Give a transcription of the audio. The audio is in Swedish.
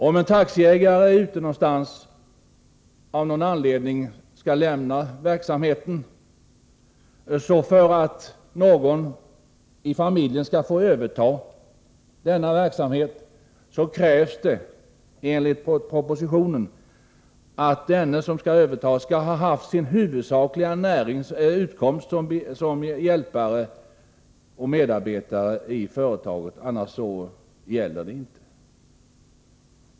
Om en taxiägare av någon anledning vill lämna verksamheten och vill att någon i familjen skall få överta den, krävs enligt propositionen att den som skall överta verksamheten har haft sin huvudsakliga utkomst såsom hjälpare och medarbetare i företaget. Annars går det inte.